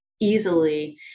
easily